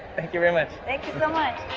thank you very much. thank you so much.